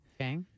Okay